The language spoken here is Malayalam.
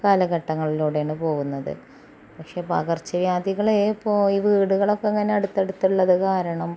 കാലഘട്ടങ്ങളിലൂടെയാണ് പോകുന്നത് പക്ഷെ പകർച്ചവ്യാധികൾ ഇപ്പോൾ ഈ വീടുകളൊക്കെ ഇങ്ങനെ അടുത്തടുത്തുള്ളത് കാരണം